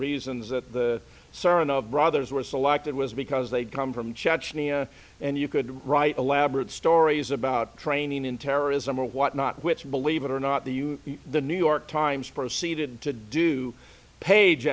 reasons that the sermon of brothers were selected was because they'd come from chechnya and you could write elaborate stories about training in terrorism or whatnot which believe it or not the new york times proceeded to do page